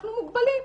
אנחנו מוגבלים.